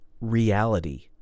reality